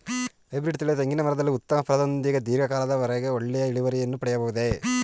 Hybrid ತಳಿಯ ತೆಂಗಿನ ಮರದಲ್ಲಿ ಉತ್ತಮ ಫಲದೊಂದಿಗೆ ಧೀರ್ಘ ಕಾಲದ ವರೆಗೆ ಒಳ್ಳೆಯ ಇಳುವರಿಯನ್ನು ಪಡೆಯಬಹುದೇ?